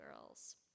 girls